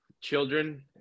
children